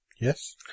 Yes